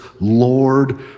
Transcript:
Lord